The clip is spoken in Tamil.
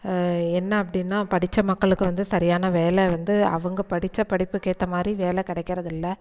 என்ன அப்படின்னா படிச்ச மக்களுக்கு வந்து சரியான வேலை வந்து அவங்க படிச்ச படிப்புக்கு ஏற்ற மாதிரி வேலை கிடைக்கறது இல்லை